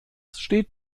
steht